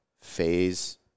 phase